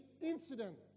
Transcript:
incident